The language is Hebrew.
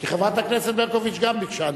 כי חברת הכנסת ברקוביץ גם ביקשה.